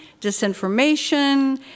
disinformation